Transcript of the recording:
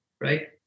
Right